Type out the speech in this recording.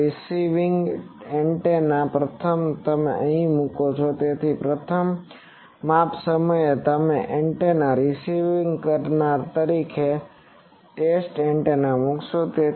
હવે રીસીવિંગ એન્ટેનામાં પ્રથમ તમે અહીં મૂકો તેથી પ્રથમ માપ સમયે તમે એન્ટેના રીસીવ્ડ કરનાર તરીકે ટેસ્ટ એન્ટેના મૂકશો